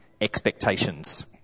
expectations